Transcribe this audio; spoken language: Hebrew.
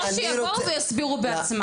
או שיבואו ויסבירו בעצמם.